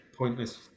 pointless